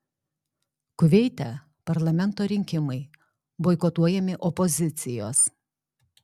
kuveite parlamento rinkimai boikotuojami opozicijos